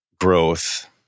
growth